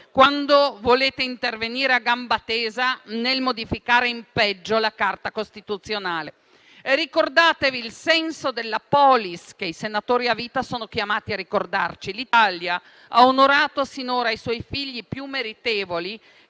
quando volete intervenire a gamba tesa nel modificare in peggio la Carta costituzionale. Ricordatevi il senso della *polis*, che i senatori a vita sono chiamati a ricordarci. L'Italia ha onorato sinora i suoi figli più meritevoli,